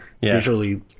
visually